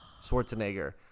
Schwarzenegger